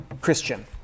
Christian